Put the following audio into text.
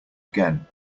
again